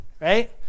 right